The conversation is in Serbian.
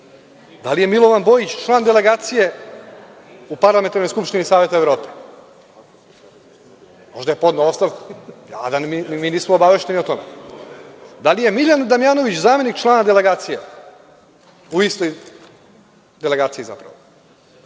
Da li je Milovan Bojić član delegacije u Parlamentarnoj skupštini Saveta Evrope? Možda je podneo ostavku, a da mi nismo obavešteni o tome. Da li je Miljan Damnjanović, zamenik člana delegacije u istoj delegaciji?